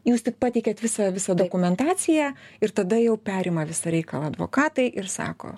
jūs tik pateikiat visą visą dokumentaciją ir tada jau perima visą reikalą advokatai ir sako